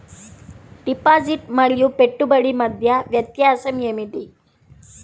Deposit మరియు పెట్టుబడి మధ్య వ్యత్యాసం ఏమిటీ?